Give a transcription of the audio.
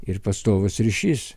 ir pastovus ryšys